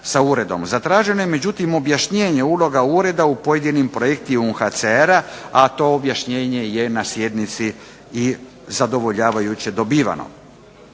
Zatraženo je međutim objašnjenje, uloga ureda u pojedinim projektima UNHCR-a, a to objašnjenje je na sjednici i zadovoljavajuće dobiveno.